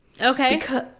okay